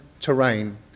terrain